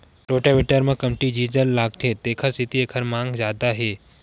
rotavator म कमती diesel लागथे तेखर सेती एखर मांग जादा हे